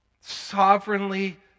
sovereignly